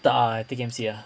tak ah take M_C ah